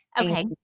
okay